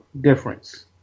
difference